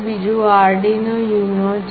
બીજું Arduino UNO છે